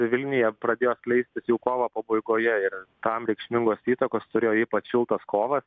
vilniuje pradėjo skleistis jau kovo pabaigoje ir tam reikšmingos įtakos turėjo ypač šiltas kovas